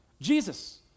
Jesus